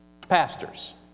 pastors